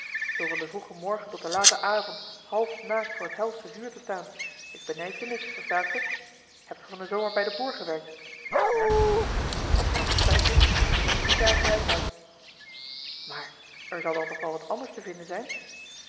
zoo van den vroegen morgen tot den laten avond half naakt voor t helsche vuur te staan ik benijd je niks verstaat ge hebt ge van den zomer bij den boer gewerkt ja nu dan voorspel ik je dat je het geen drie dagen uithoudt maar er zal dan toch wel wat anders te vinden zijn